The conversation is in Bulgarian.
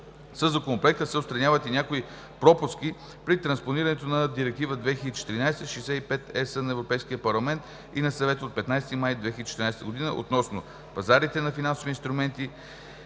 Законопроекта се отстраняват и някои пропуски при транспонирането на Директива 2014/65/ЕС на Европейския парламент и на Съвета от 15 май 2014 г. относно пазарите на финансови инструменти